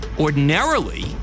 ordinarily